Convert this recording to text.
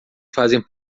fazem